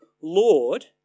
Lord